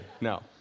No